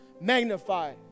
magnify